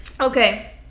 okay